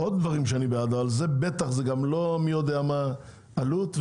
לא מדובר בעלות יותר מדי גבוהה,